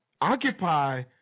Occupy